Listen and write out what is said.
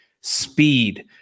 Speed